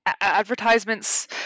advertisements